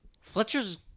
Fletcher's